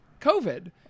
COVID